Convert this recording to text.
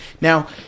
Now